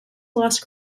lost